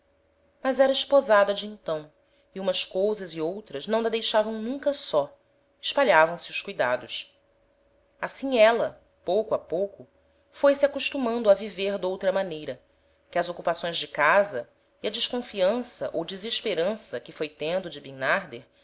mas era esposada de então e umas cousas e outras não na deixavam nunca só espalhavam-se os cuidados assim éla pouco a pouco foi-se acostumando a viver d'outra maneira que as ocupações de casa e a desconfiança ou desesperança que foi tendo de